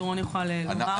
לירון יוכל לומר.